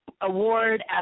award